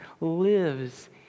lives